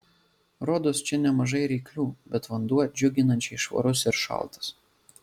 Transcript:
rodos čia nemažai ryklių bet vanduo džiuginančiai švarus ir šaltas